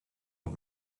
het